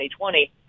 2020